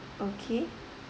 okay